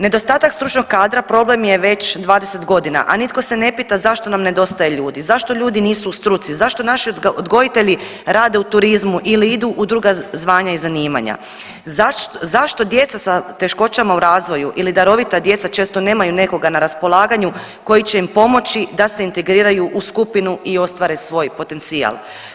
Nedostatak stručnog kadra problem je već 20.g., a nitko se ne pita zašto nam nedostaje ljudi, zašto ljudi nisu u struci, zašto naši odgojitelji rade u turizmu ili idu u druga zvanja i zanimanja, zašto djeca sa teškoćama u razvoju ili darovita djeca često nemaju nekoga na raspolaganju koji će im pomoći da se integriraju u skupinu i ostvare svoj potencijal.